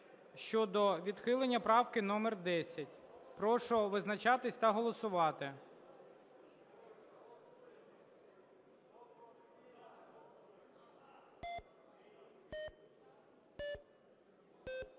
щодо відхилення правки номер 10. Прошу визначатись та голосувати.